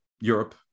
Europe